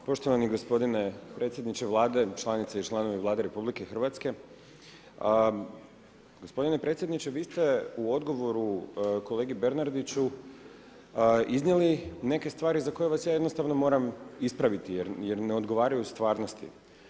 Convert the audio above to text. Poštovani gospodine predsjedniče Vlade, članice i članovi Vlade RH gospodine predsjedniče vi ste u odgovoru kolegi Bernardiću iznijeli neke stvari za koje vas ja jednostavno moram ispraviti jer ne odgovaraju stvarnosti.